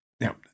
now